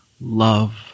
love